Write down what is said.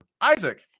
Isaac